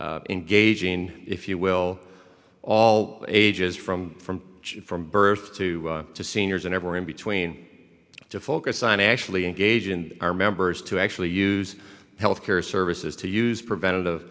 engaging if you will all ages from from from birth to to seniors and everywhere in between to focus on actually engage in our members to actually use health care services to use preventative